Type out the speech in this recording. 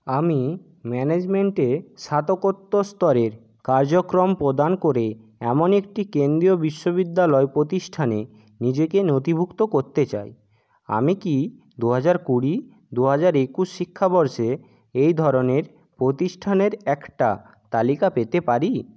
আমি ম্যানেজমেন্টে স্নাতকোত্তর স্তরের কার্যক্রম প্রদান করে এমন একটি কেন্দ্রীয় বিশ্ববিদ্যালয় প্রতিষ্ঠানে নিজেকে নথিভুক্ত করতে চাই আমি কি দুহাজার কুড়ি দুহাজার একুশ শিক্ষাবর্ষে এই ধরনের প্রতিষ্ঠানের একটা তালিকা পেতে পারি